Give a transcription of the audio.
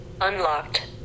Unlocked